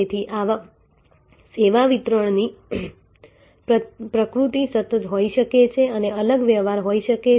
તેથી સેવા વિતરણની પ્રકૃતિ સતત હોઈ શકે છે અને અલગ વ્યવહાર હોઈ શકે છે